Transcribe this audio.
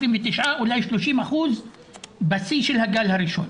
29%, אולי 30% בשיא של הגל הראשון.